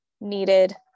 needed